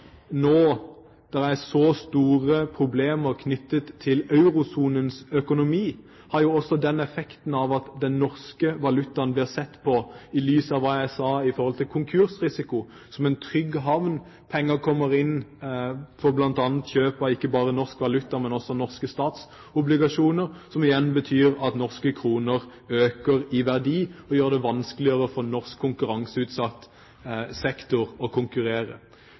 er så store problemer knyttet til eurosonens økonomi, har jo også den effekten at den norske valutaen blir sett på, i lys av hva jeg sa om risiko for konkurs, som en trygg havn. Penger kommer inn ved bl.a. kjøp av ikke bare norsk valuta, men av norske statsobligasjoner, som igjen betyr at norske kroner øker i verdi og gjør det vanskeligere for norsk konkurranseutsatt sektor å konkurrere.